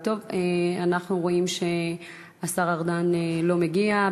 טוב, אנחנו רואים שהשר ארדן לא מגיע.